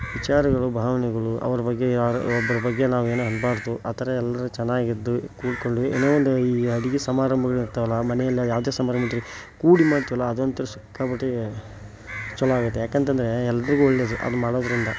ವಿಚಾರಗಳು ಭಾವ್ನೆಗಳು ಅವ್ರ ಬಗ್ಗೆ ಒಬ್ರ ಬಗ್ಗೆ ನಾವೇನೂ ಅನ್ನಬಾರ್ದು ಆ ಥರಾ ಎಲ್ಲರೂ ಚೆನ್ನಾಗಿದ್ದು ಕೂಡಿಕೊಂಡ್ವಿ ಏನೋ ಒಂದು ಈ ಅಡುಗೆ ಸಮಾರಂಭಗಳಿರ್ತಾವಲ್ಲ ಆ ಮನೆಯಲ್ಲಿ ಯಾವುದೇ ಸಮಾರಂಭ ಇದ್ರು ಕೂಡಿ ಮಾಡ್ತೀವಲ್ಲ ಅದೊಂಥರಾ ಸಿಕ್ಕಾಪಟ್ಟೆ ಛಲೊ ಆಗುತ್ತೆ ಯಾಕಂತಂದರೆ ಎಲ್ಲರಿಗೂ ಒಳ್ಳೇದು ಅದು ಮಾಡೋದರಿಂದ